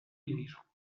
dirigeants